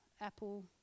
apple